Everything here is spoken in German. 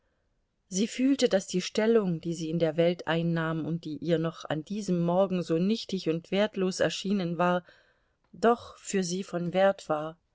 sie fühlte daß die stellung die sie in der welt einnahm und die ihr noch an diesem morgen so nichtig und wertlos erschienen war doch für sie von wert war